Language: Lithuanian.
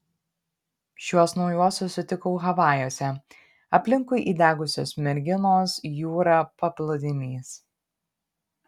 šiuos naujuosius sutikau havajuose aplinkui įdegusios merginos jūra paplūdimys